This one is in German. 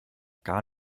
gar